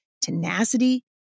tenacity